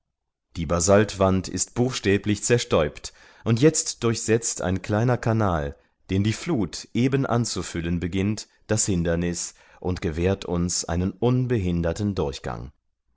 die basaltwand ist buchstäblich zerstäubt und jetzt durchsetzt ein kleiner canal den die fluth eben anzufüllen beginnt das hinderniß und gewährt uns einen unbehinderten durchgang